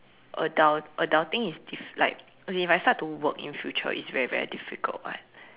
adul~ adulting is diff~ like okay if I to start work in future it's very very difficult [what]